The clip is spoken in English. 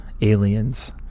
aliens